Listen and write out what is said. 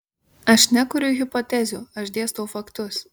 aš nekuriu hipotezių aš dėstau faktus